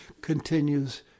continues